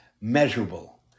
measurable